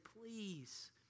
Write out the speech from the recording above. please